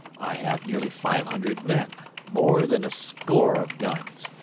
i have nearly five hundred men, more than a score of guns,